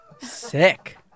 sick